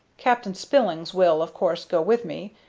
captain spillins will, of course, go with me,